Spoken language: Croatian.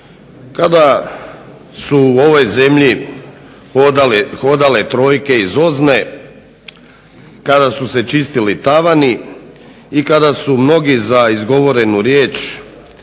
kada su u ovoj zemlji hodale trojke iz OZNA-e kada su se čistili tavani i kada su mnogi za izgovorenu riječ